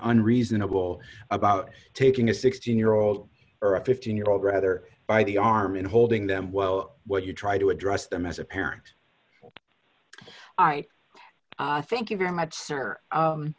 unreasonable about taking a sixteen year old or a fifteen year old rather by the arm and holding them well what you try to address them as a parent i thank you very much sir